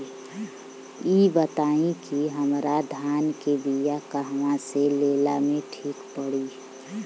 इ बताईं की हमरा धान के बिया कहवा से लेला मे ठीक पड़ी?